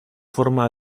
forma